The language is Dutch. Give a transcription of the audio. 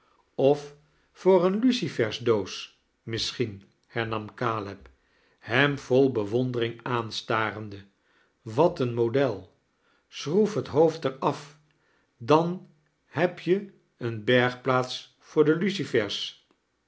of voor ee i lucifeasdoos missohien hemarn caleb hem vol bewondering aanstarende wat een model schroef het hoofd er af dan heb je een bergplaats voor de